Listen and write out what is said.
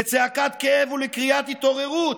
לצעקת כאב ולקריאת התעוררות.